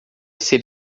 ser